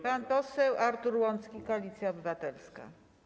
Pan poseł Artur Łącki, Koalicja Obywatelska.